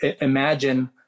Imagine